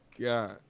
God